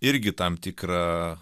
irgi tam tikrą